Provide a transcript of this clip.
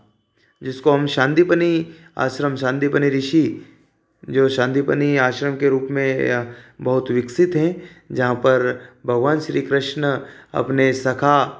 जिसको हम संदीपनी आश्रम संदीपनी ऋषि जो संदीपनी आश्रम के रूप में बहुत विकसित है जहाँ पर भगवान श्री कृष्ण अपने सखा